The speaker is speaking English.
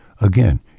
again